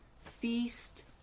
feast